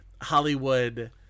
Hollywood